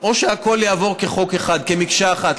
או שהכול יעבור כחוק אחד, כמקשה אחת.